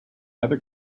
other